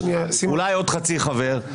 אולי עוד חצי חבר,